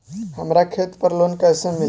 हमरा खेत पर लोन कैसे मिली?